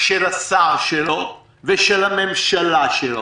של השר שלו ושל הממשלה שלו,